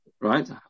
Right